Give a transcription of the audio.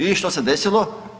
I što se desilo?